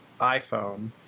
iPhone